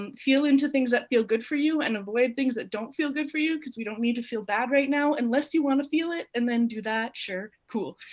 um feel into things that feel good for you and avoid things that don't feel good for you we don't need to feel bad right now. unless you wanna feel it, and then do that. sure. cool.